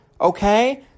Okay